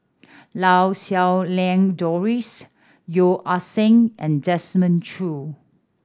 Lau Siew Lang Doris Yeo Ah Seng and Desmond Choo